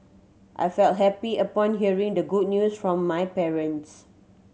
I felt happy upon hearing the good news from my parents